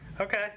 Okay